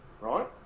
right